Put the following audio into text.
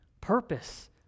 purpose